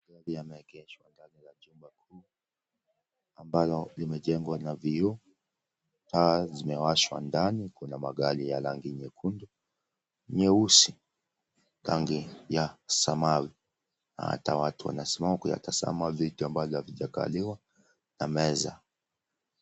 Magari yameegeshwa ndani ya chumba kuu, ambalo limejengwa na vioo. Taa zimewashwa ndani, kuna magari ya rangi nyekundu, nyeusi, rangi ya samawi na hata watu wanasimama kuyatazama. Viti ambavyo havijakaliwa na meza.